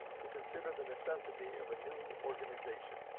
to consider the necessity of a new organization.